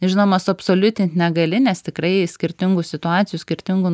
žinoma suabsoliutint negali nes tikrai skirtingų situacijų skirtingų